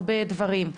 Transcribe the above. הרבה דברים,